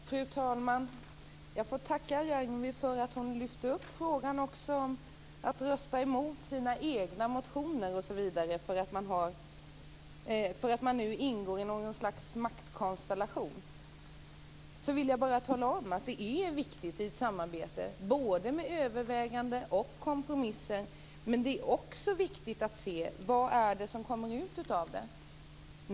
Fru talman! Jag får tacka Ragnwi för att hon lyfte upp frågan om att rösta emot sina egna motioner därför att man ingår i något slags maktkonstellation. Jag vill bara tala om att det är viktigt i ett samarbete både med överväganden och med kompromisser, men det är också viktigt att se vad det blir för resultat av det.